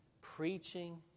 preaching